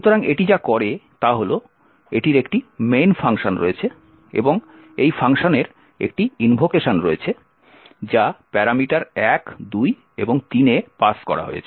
সুতরাং এটি যা করে তা হল এটির একটি main ফাংশন রয়েছে এবং এই ফাংশনের একটি ইনভোকেশন রয়েছে যা প্যারামিটার 1 2 এবং 3 এ পাস করা হয়েছে